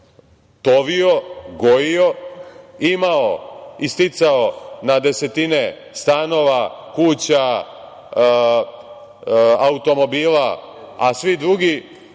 tovio, gojio, imao i sticao na desetine stanova, kuća, automobila, a svi drugi